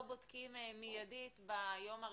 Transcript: לא בודקים מיידית ביום הראשון,